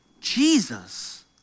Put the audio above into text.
Jesus